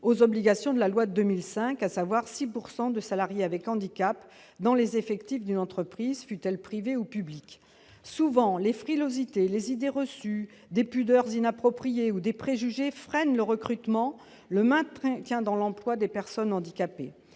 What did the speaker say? aux obligations issues de la loi de 2005, à savoir 6 % de salariés avec handicap dans les effectifs d'une entreprise, fut-elle privée ou publique. Souvent, les frilosités, les idées reçues, des pudeurs inappropriées ou des préjugés freinent le recrutement et le maintien dans l'emploi des personnes handicapées.